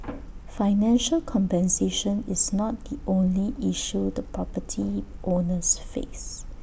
financial compensation is not the only issue the property owners face